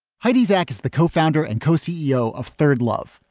heidi zech is the co-founder and co ceo of third love,